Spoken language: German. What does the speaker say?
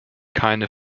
keine